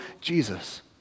Jesus